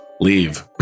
leave